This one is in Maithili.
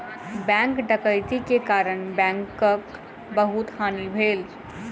बैंक डकैती के कारण बैंकक बहुत हानि भेल